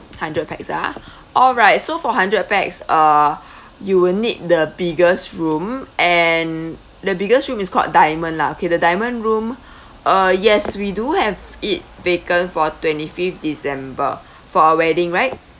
hundred pax ah alright so for hundred pax uh you will need the biggest room and the biggest room is called diamond lah okay the diamond room uh yes we do have it vacant for twenty fifth december for a wedding right